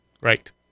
Right